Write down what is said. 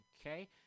Okay